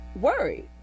worried